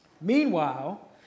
Meanwhile